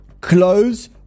close